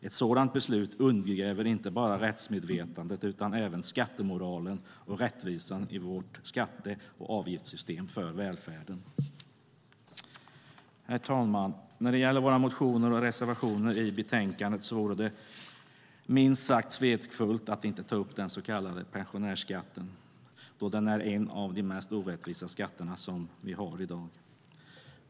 Ett sådant beslut undergräver inte bara rättsmedvetandet utan även skattemoralen och rättvisan i vårt skatte och avgiftssystem för välfärden. Herr talman! När det gäller våra motioner och reservationerna i betänkandet vore det minst sagt svekfullt att inte ta upp den så kallade pensionärsskatten, då den är en av de mest orättvisa skatter som vi har i dag.